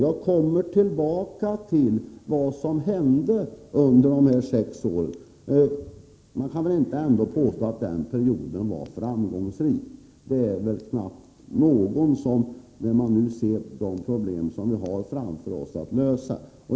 Jag kommer tillbaka till vad som hände under dessa sex år. Det är väl knappast någon som kan påstå att den perioden var framgångsrik, när man ser de problem som vi nu har att lösa.